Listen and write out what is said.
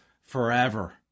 forever